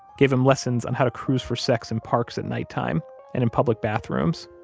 gave him lessons on how to cruise for sex in parks at nighttime and in public bathrooms